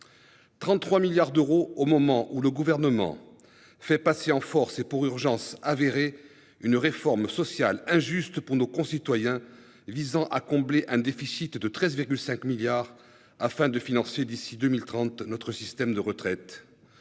33 milliards au moment où le Gouvernement fait passer en force et alors que l'urgence est avérée une réforme sociale injuste pour nos concitoyens, visant à combler un déficit de 13,5 milliards d'euros afin de financer d'ici à 2030 notre système de retraites,